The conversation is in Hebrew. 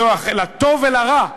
לטוב ולרע,